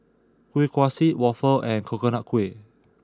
Kuih Kaswi Waffle and Coconut Kuih